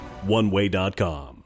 OneWay.com